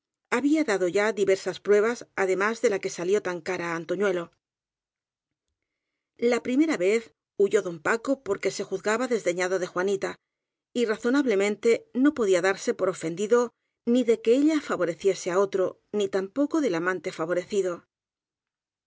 había dado ya diversas pruebas además de la que salió tan cara á antoñuelo la primera vez huyó don paco porque se juz gaba desdeñado de juanita y razonablemente no podía darse por ofendido ni de que ella favorecie se á otro ni tampoco del amante favorecido